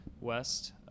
west